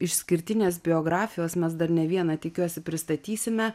išskirtinės biografijos mes dar ne vieną tikiuosi pristatysime